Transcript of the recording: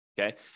Okay